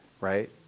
right